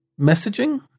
messaging